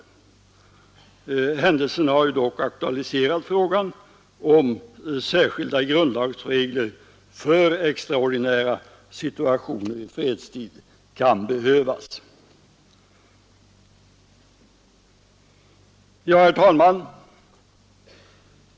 Händelsen har dock aktualiserat frågan, om särskilda grundlagsregler för extraordinära situationer i fredstid kan behövas. Herr talman!